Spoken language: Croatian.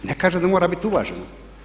Ne kažem da mora biti uvaženo.